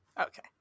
Okay